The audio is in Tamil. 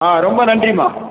ஆ ரொம்ப நன்றிமா